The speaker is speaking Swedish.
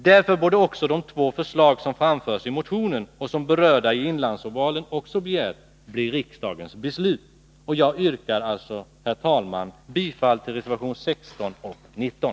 Därför bör också de två förslag som framförts i motionen på begäran av de berörda i inlandsovalen också bifallas av riksdagen. Jag yrkar, herr talman, bifall till reservationerna 16 och 19.